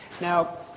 Now